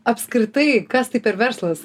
apskritai kas tai per verslas